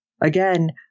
Again